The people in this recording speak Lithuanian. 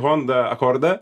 hondą akordą